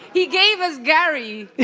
he gave us gary.